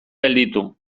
gelditu